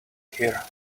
here